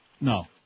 No